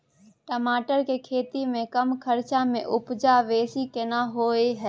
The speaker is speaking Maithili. टमाटर के खेती में कम खर्च में उपजा बेसी केना होय है?